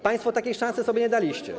Państwo takiej szansy sobie nie daliście.